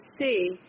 see